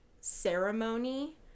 ceremony